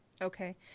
Okay